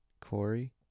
Corey